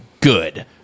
good